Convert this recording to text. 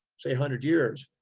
say a hundred years,